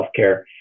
healthcare